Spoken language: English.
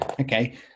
Okay